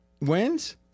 wins